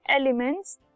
elements